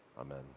amen